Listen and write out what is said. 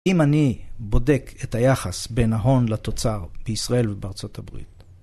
בואנה אתהההה